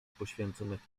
poświęconych